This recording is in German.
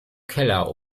keller